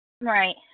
Right